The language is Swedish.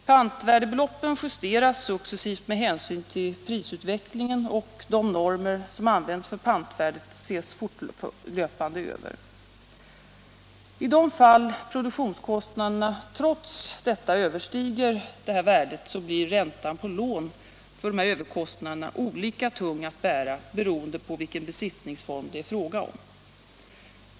Pantvärdebeloppen justeras successivt med hänsyn till prisutvecklingen, och de normer som används för pantvärdet ses fortlöpande över. I de fall produktionskostnaderna trots det överstiger detta värde blir räntan på lån för dessa överkostnader olika tung att bära beroende på vilken besittningsform det är fråga om.